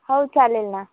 हो चालेल ना